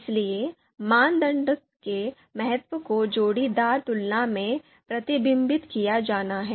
इसलिए मानदंडों के महत्व को जोड़ीदार तुलना में प्रतिबिंबित किया जाना है